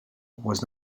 was